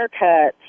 haircuts